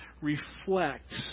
reflect